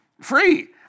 Free